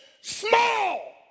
small